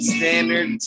Standard